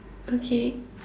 okay